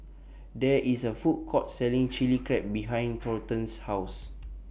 There IS A Food Court Selling Chili Crab behind Thornton's House